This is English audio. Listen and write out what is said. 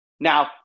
Now